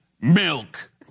milk